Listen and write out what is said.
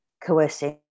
coercing